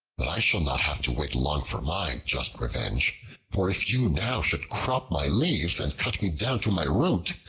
but i shall not have to wait long for my just revenge for if you now should crop my leaves, and cut me down to my root,